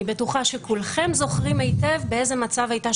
אני בטוחה שכולכם זוכרים היטב באיזה מצב הייתה